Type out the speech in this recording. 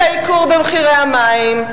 ייקור מחירי המים,